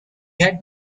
had